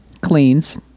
cleans